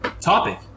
topic